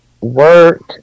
work